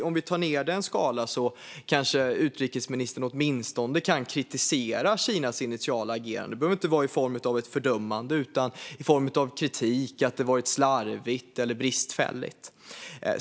Om vi tar ned detta lite på skalan kanske utrikesministern åtminstone kan kritisera Kinas initiala agerande. Det behöver inte vara i form av ett fördömande utan i form av kritik, att det har varit slarvigt eller bristfälligt.